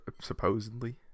supposedly